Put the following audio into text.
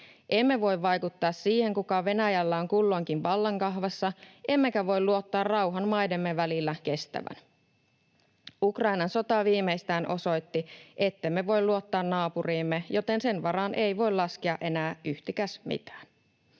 Emme voi vaikuttaa siihen, kuka Venäjällä on kulloinkin vallankahvassa, emmekä voi luottaa rauhan maidemme välillä kestävän. Ukrainan sota viimeistään osoitti, ettemme voi luottaa naapuriimme, joten sen varaan ei voi laskea enää yhtikäs mitään.